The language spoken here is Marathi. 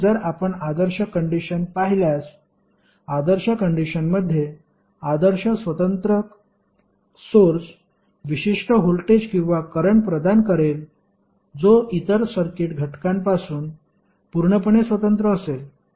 म्हणूनच जर आपण आदर्श कंडिशन पाहिल्यास आदर्श कंडिशनमध्ये आदर्श स्वतंत्र सोर्स विशिष्ट व्होल्टेज किंवा करंट प्रदान करेल जो इतर सर्किट घटकांपासून पूर्णपणे स्वतंत्र असेल